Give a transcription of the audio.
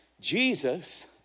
Jesus